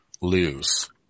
lose